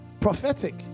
prophetic